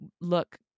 look